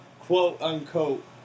quote-unquote